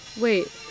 Wait